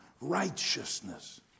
righteousness